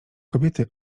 kobiety